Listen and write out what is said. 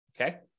okay